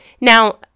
Now